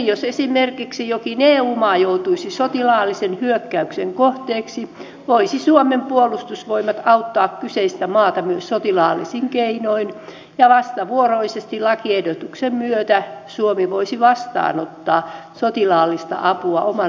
jos esimerkiksi jokin eu maa joutuisi sotilaallisen hyökkäyksen kohteeksi voisi suomen puolustusvoimat auttaa kyseistä maata myös sotilaallisin keinoin ja vastavuoroisesti lakiehdotuksen myötä suomi voisi vastaanottaa sotilaallista apua oman alueensa puolustamiseen